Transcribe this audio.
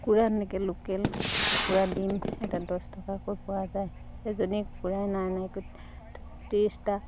কুকুৰা এনেকৈ লোকেল কুকুৰা ডিম এটা দছ টকাকৈ পোৱা যায় এজনী কুকুৰাই নাই নাই কৰি ত্ৰিছটা